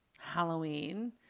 Halloween